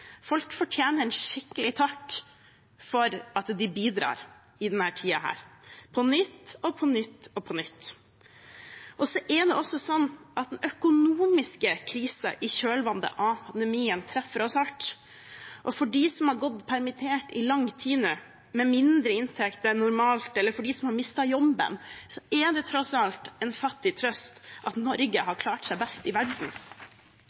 Folk fortjener en skikkelig takk for at de bidrar i denne tiden – på nytt og på nytt. Så er det også sånn at den økonomiske krisen i kjølvannet av pandemien treffer oss hardt. For dem som nå har gått permittert i lang tid med mindre inntekt enn normalt, eller for dem som har mistet jobben, er det tross alt en fattig trøst at Norge har klart seg best i verden.